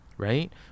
Right